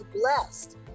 blessed